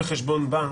נכון.